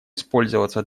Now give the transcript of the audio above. использоваться